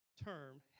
term